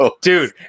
Dude